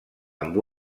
amb